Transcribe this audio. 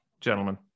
gentlemen